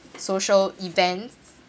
social event